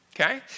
okay